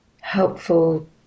helpful